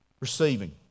Receiving